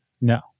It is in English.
No